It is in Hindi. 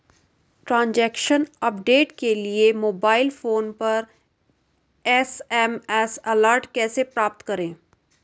ट्रैन्ज़ैक्शन अपडेट के लिए मोबाइल फोन पर एस.एम.एस अलर्ट कैसे प्राप्त करें?